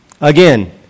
again